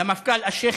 למפכ"ל אלשיך,